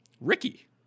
Ricky